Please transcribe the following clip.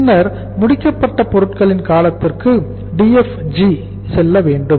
பின்னர் முடிக்கப்பட்ட பொருட்களின் காலத்திற்கு DFG செல்ல வேண்டும்